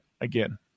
again